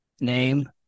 name